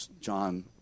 John